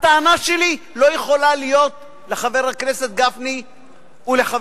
הטענה שלי לא יכולה להיות לחבר הכנסת גפני ולחבריו.